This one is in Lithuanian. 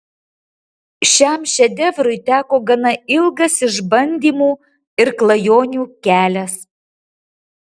šiam šedevrui teko gana ilgas išbandymų ir klajonių kelias